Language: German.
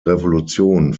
revolution